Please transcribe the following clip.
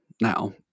now